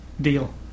deal